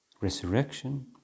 Resurrection